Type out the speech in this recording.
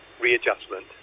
readjustment